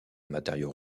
matériau